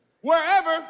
wherever